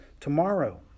tomorrow